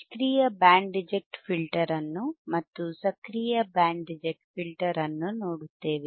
ನಿಷ್ಕ್ರಿಯ band reject filter ಅನ್ನು ಮತ್ತು ಸಕ್ರಿಯ ಬ್ಯಾಂಡ್ ರಿಜೆಕ್ಟ್ ಫಿಲ್ಟರ್ ಅನ್ನು ನೋಡುತ್ತೇವೆ